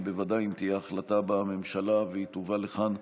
בוודאי אם תהיה החלטה בממשלה, והיא תובא לכאן,